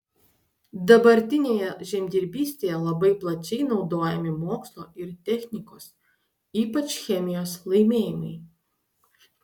dabartinėje žemdirbystėje labai plačiai naudojami mokslo ir technikos ypač chemijos laimėjimai